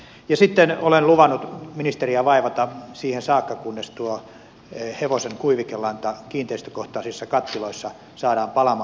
ja sitten olen luvannut ministeriä vaivata siihen saakka kunnes tuo hevosen kuivikelanta kiinteistökohtaisissa kattiloissa saadaan palamaan